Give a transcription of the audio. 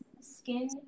skin